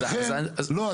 אז --- לא.